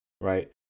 Right